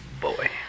boy